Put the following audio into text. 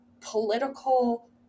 political